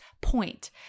point